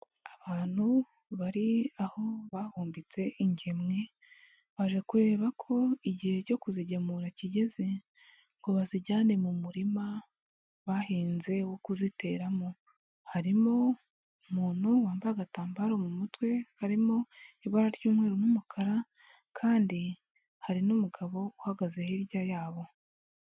Abantu bari aho bahumbitse ingemwe, baje kureba ko igihe cyo kuzigemura kigeze ngo bazijyane mu murima bahinze wo kuziteramo, harimo umuntu wambaye agatambaro mu mutwe karimo ibara ry'umweru n'umukara kandi hari n'umugabo uhagaze hirya yabo.